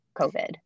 COVID